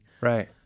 Right